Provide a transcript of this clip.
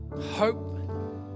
Hope